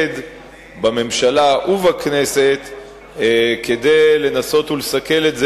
בממשלה ובכנסת להתלכד כדי לנסות ולסכל את זה,